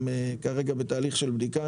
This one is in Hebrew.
הם כרגע בתהליך של בדיקה,